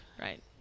Right